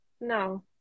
No